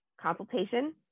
consultation